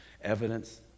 evidence